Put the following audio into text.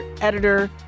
editor